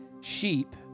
sheep